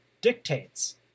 dictates